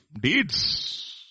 deeds